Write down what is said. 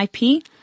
IP